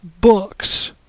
books